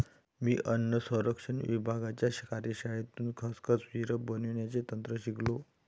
मी अन्न संरक्षण विभागाच्या कार्यशाळेतून खसखस सिरप बनवण्याचे तंत्र शिकलो